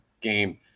game